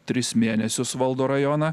tris mėnesius valdo rajoną